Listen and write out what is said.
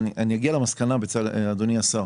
אני אגיע למסקנה, אדוני השר.